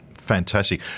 Fantastic